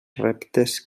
reptes